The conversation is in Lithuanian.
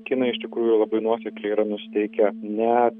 kinai iš tikrųjų labai nuosekliai yra nusiteikę ne